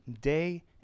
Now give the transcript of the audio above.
day